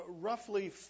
roughly